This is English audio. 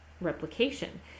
replication